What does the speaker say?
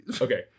Okay